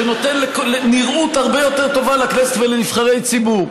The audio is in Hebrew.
שנותן נראות הרבה יותר טובה לכנסת ולנבחרי ציבור,